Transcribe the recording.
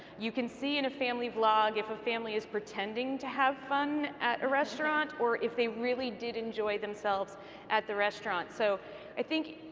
you can see in a family blog if a family is pretending to have fun at a restaurant, or if they really did enjoy themselves at the restaurant. so i think,